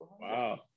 Wow